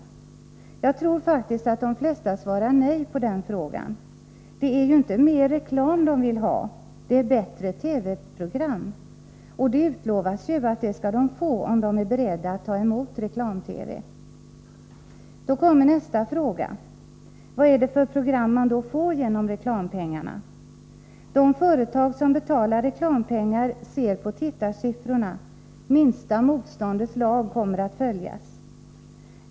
Jag tror faktiskt att de flesta svarar nej på den frågan. Det är ju inte mer reklam de vill ha — det är bättre TV-program. Och det utlovas ju att det skall de få om de är beredda att ta emot reklam-TV. Då kommer nästa fråga: Vad är det för program man får genom reklampengarna? De företag som betalar reklampengar ser på tittarsiffrorna — minsta motståndets lag kommer att följas.